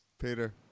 Peter